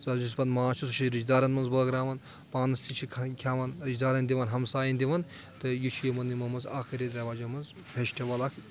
سُہ حظ یُس پتہٕ ماز چھُ سُہ چھُ أسۍ رِشتہٕ دارن منٛز بٲگراون پانس تہِ چھِ کھؠون رِشتہٕ دارن دِوان ہمسایَن دِوان تہٕ یہِ چھُ یِمن یِمو منٛز اکھ رِتھ رؠواج منٛز فیسٹِول اکھ